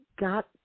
got